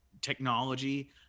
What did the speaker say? technology